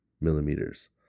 millimeters